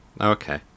okay